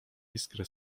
iskry